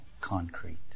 concrete